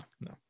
no